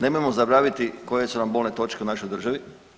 Nemojmo zaboraviti koje su nam bolne točke u našoj državi.